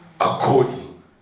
according